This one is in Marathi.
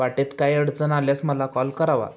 वाटेत काही अडचण आल्यास मला कॉल करावा